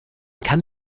kann